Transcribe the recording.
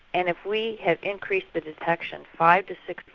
and if we have increased the detection five to sixfold,